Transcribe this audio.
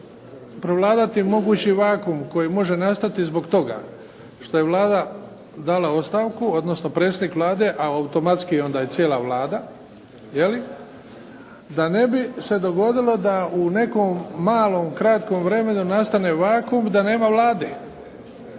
prevladati mogući vakum koji može nastati zbog toga što je Vlada dala ostavka odnosno predsjednik Vlade a automatski onda i cijela Vlada, da ne bi se dogodilo da u nekom malom kratkom vremenu nastane vakum da nema Vlade.